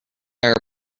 there